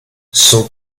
son